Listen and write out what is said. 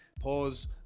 pause